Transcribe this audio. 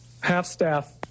half-staff